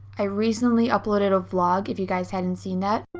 i recently uploaded a vlog if you guys haven't seen that.